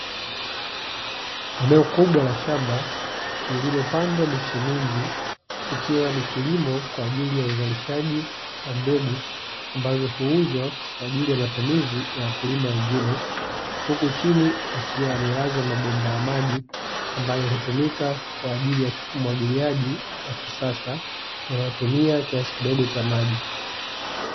Eneo kubwa la shamba lililopandwa michi mingi ikiwa ni kilimo kwa ajili ya uzalishaji wa mbegu ambazo huuzwa kwa ajili ya matumizi ya wakulima wengine, huku chini yakiwa yamelazwa mabomba ya maji ambayo hutumika kwa ajili ya umwagiliaji wa kisasa unaotumia kiasi kidogo cha maji.